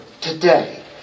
today